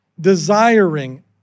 desiring